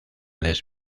les